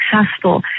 successful